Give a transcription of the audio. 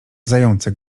zające